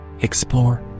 Explore